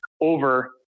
over